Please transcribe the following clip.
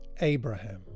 Abraham